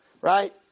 right